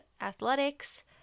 Athletics